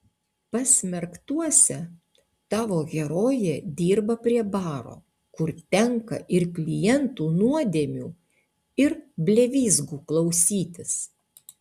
pasmerktuose tavo herojė dirba prie baro kur tenka ir klientų nuodėmių ir blevyzgų klausytis